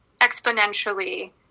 exponentially